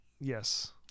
yes